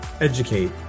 educate